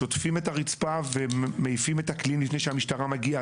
שוטפים את הרצפה ומעיפים את הקליעים לפני שהמשטרה מגיעה.